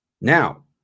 Now